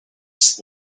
this